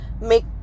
make